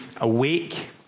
awake